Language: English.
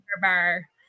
Bar